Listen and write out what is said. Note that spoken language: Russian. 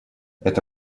это